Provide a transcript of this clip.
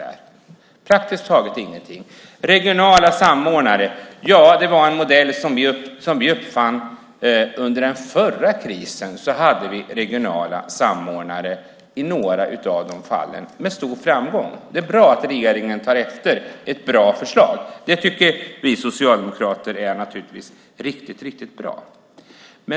Det talas om regionala samordnare. Det var en modell som vi uppfann under den förra krisen. Då hade vi regionala samordnare i några av dessa fall med stor framgång. Det är bra att regeringen tar efter ett bra förslag. Det tycker vi socialdemokrater är riktigt bra.